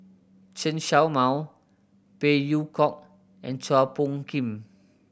Chen Show Mao Phey Yew Kok and Chua Phung Kim